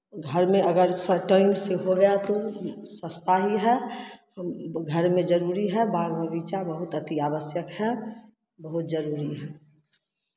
घर में अगर टाइम से हो गया तो सस्ता ही है घर में जरूरी है बाग बगीचा बहुत अति आवश्यक है बहुत जरूरी है